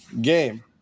game